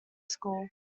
school